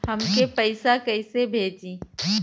हमके पैसा कइसे भेजी?